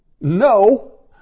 No